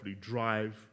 drive